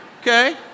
Okay